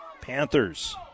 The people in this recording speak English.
Panthers